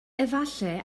efallai